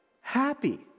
happy